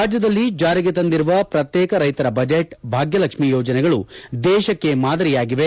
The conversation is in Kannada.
ರಾಜ್ಯದಲ್ಲಿ ಜಾರಿಗೆ ತಂದಿರುವ ಪ್ರತ್ಯೇಕ ರೈತರ ಬಜೆಟ್ ಭಾಗ್ಯಲಕ್ಷ್ಮೀ ಯೋಜನೆಗಳು ದೇಶಕ್ಕೆ ಮಾದರಿಯಾಗಿವೆ